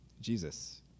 Jesus